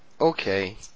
okay